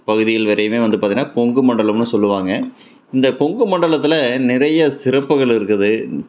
பகுதிகள் வரையும் வந்து பார்த்திங்கன்னா கொங்கு மண்டலம்னு சொல்வாங்க இந்த கொங்கு மண்டலத்தில் நிறைய சிறப்புகள் இருக்குது